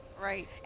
Right